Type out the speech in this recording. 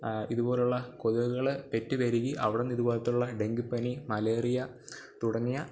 ഇതുപോലെയുള്ള കൊതുകുകളെ പെറ്റു പെരുകി അവിടെ നിന്നും ഇതുപോലത്തെ ഡെങ്കിപ്പനി മലേറിയ തുടങ്ങിയ